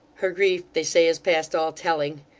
her grief, they say, is past all telling.